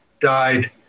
died